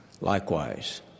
likewise